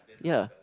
ya